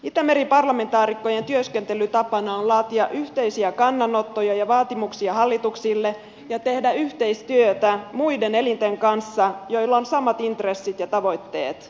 itämeri parlamentaarikkojen työskentelytapana on laatia yhteisiä kannanottoja ja vaatimuksia hallituksille ja tehdä yhteistyötä muiden elinten kanssa joilla on samat intressit ja tavoitteet